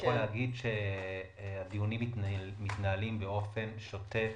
יכול להגיד שהדיונים מתנהלים באופן שוטף